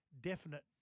definite